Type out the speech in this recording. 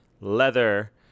Leather